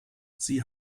sie